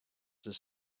does